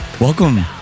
Welcome